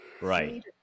Right